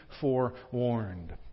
forewarned